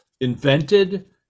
invented